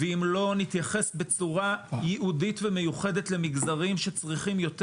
ואם לא נתייחס בצורה ייעודית ומיוחדת למגזרים שצריכים יותר